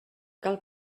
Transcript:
cal